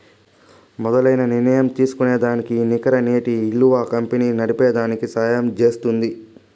మేలైన నిర్ణయం తీస్కోనేదానికి ఈ నికర నేటి ఇలువ కంపెనీ నడిపేదానికి సహయం జేస్తుంది